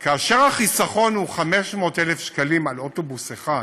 כאשר החיסכון הוא 500,000 שקלים על אוטובוס אחד,